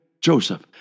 Joseph